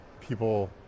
people